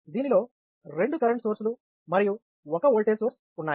దీనిలో రెండు కరెంట్ సోర్స్లు మరియు ఒక ఓల్టేజ్ సోర్స్ ఉన్నాయి